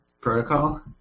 protocol